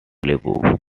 plague